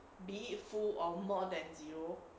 be it full or more than zero